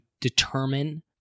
determine